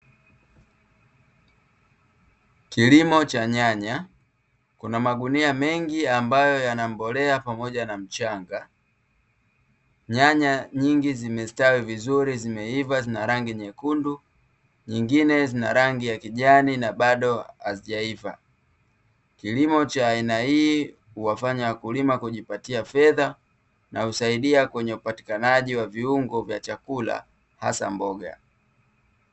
Kilimo Cha nyanya. Kuna magunia mengi ambayo yana mbolea pamoja na mchanga. Nyanya nyingi zimestawi vizuri, zimeiva, zinarangi nyekundu; nyingine zina rangi ya kijani na bado hazijaiva. Kilimo cha aina hii huwafanya wakulima kujipatia fedha na kuwasaidia kwenye upatikanaji wa viungo vya chakula, hasa mboga.